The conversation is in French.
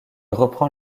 reprend